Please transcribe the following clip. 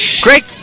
Great